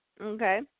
Okay